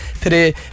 today